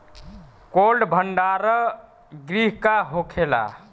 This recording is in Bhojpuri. कोल्ड भण्डार गृह का होखेला?